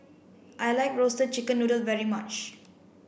I like roasted chicken noodle very much